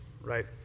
right